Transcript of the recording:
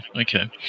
Okay